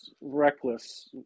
reckless